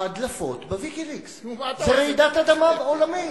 ההדלפות ב"ויקיליקס", כרעידת אדמה עולמית.